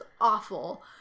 awful